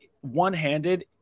one-handed